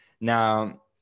Now